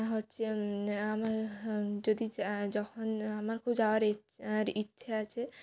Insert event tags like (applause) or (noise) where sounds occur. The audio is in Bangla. হচ্ছে আমি যদি যখন আমার খুব যাওয়ার (unintelligible) আর ইচ্ছে আছে